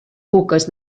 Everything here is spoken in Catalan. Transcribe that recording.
cuques